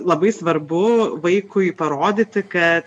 labai svarbu vaikui parodyti kad